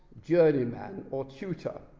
journeyman, or tutor.